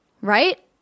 Right